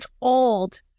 old